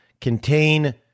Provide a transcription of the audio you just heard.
contain